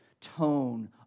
tone